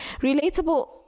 relatable